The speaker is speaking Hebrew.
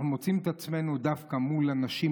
אנחנו מוצאים את עצמנו דווקא מול אנשים